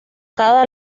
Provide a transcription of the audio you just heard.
cada